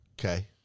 Okay